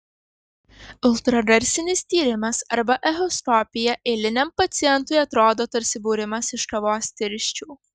ultragarsinis tyrimas arba echoskopija eiliniam pacientui atrodo tarsi būrimas iš kavos tirščių